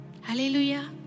Hallelujah